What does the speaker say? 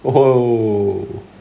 oh oh